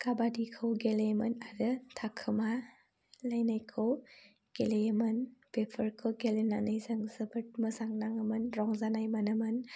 काबादिखौ गेलेयोमोन आरो थाखोमालायनायखौ गेलेयोमोन बेफोरखौ गेलेनानै जों जोबोद मोजां नाङोमोन रंजानाय मोनोमोन